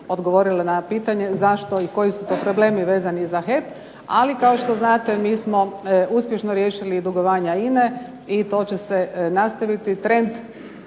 odgovorila na pitanje, zašto i koji su to problemi vezani za HEP. Ali kao što znate mi smo uspješno riješili dugovanja INA-e i to će se nastaviti. Trend